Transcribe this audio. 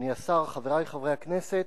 אדוני השר, חברי חברי הכנסת,